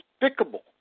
despicable